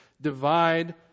divide